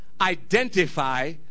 identify